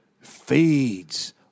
feeds